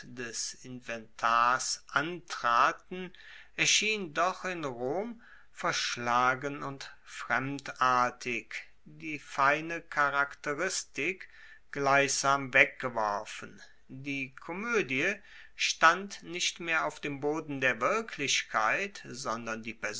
des inventars antraten erschien doch in rom verschlagen und fremdartig die feine charakteristik gleichsam weggeworfen die komoedie stand nicht mehr auf dem boden der wirklichkeit sondern die